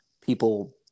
people